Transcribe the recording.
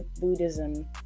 buddhism